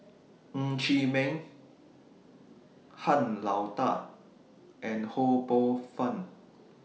Ng Chee Meng Han Lao DA and Ho Poh Fun